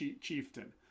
chieftain